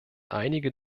einige